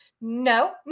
No